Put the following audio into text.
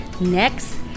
Next